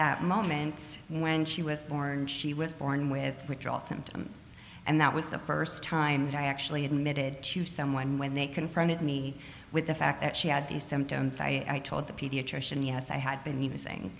that moment when she was born she was born with ritual symptoms and that was the first time that i actually admitted to someone when they confronted me with the fact that she had these symptoms i told the pediatrician yes i had been using